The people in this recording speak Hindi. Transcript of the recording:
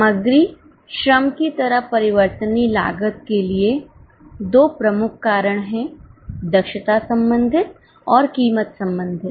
सामग्री श्रम की तरह परिवर्तनीय लागत के लिए 2 प्रमुख कारण हैं दक्षता संबंधित और कीमत संबंधित